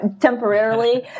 temporarily